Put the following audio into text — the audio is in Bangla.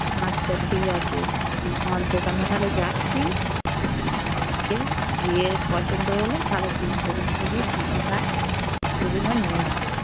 আচ্ছা ঠিক আছে তোমার দোকানে তাহলে যাচ্ছি গিয়ে গিয়ে পছন্দ হলে তাহলে তোমার দোকান থেকে জুতোটা জুতোগুলো নিয়ে আসব